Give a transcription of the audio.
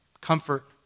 comfort